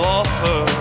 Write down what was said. offer